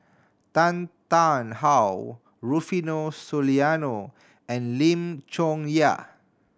Tan Tarn How Rufino Soliano and Lim Chong Yah